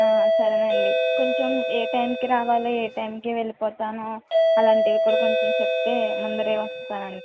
ఆ సరేనండి కొంచెం ఏ టైంకి రావాలో ఏ టైంకి వెళ్ళిపోతానో అలాంటివి కూడా కొంచెం చెప్తే ముందరే వస్తానండి